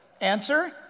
Answer